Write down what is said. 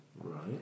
Right